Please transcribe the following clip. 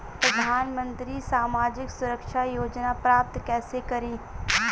प्रधानमंत्री सामाजिक सुरक्षा योजना प्राप्त कैसे करें?